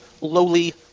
lowly